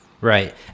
Right